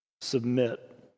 submit